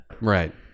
Right